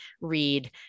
read